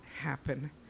happen